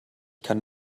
kann